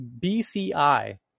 BCI